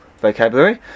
vocabulary